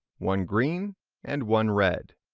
one green and one red.